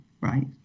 right